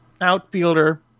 outfielder